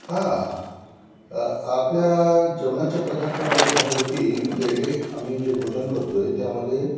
हां आपल्या जेवणाच्या पदार्थामध्ये घरगुतीमध्ये आम्ही जे भोजन करतो आहे त्यामध्ये